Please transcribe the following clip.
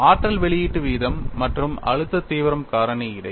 ஆற்றல் வெளியீட்டு வீதம் மற்றும் அழுத்த தீவிரம் காரணி இடையே